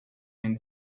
and